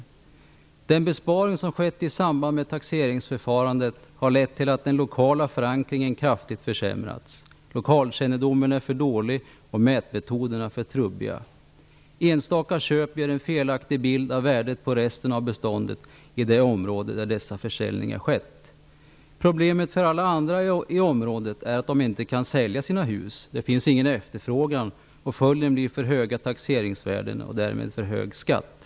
Den besparing som gjorts i samband med taxeringsförfarandet har lett till att den lokala förankringen kraftigt försämrats. Lokalkännedomen är för dålig och mätmetoderna för trubbiga. Enstaka köp ger en felaktig bild av värdet på resten av beståndet i det område där dessa försäljningar skett. Problemet för alla andra i området är att de inte kan sälja sina hus, det finns ingen efterfrågan. Följden blir för höga taxeringsvärden och därmed för hög skatt.